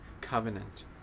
covenant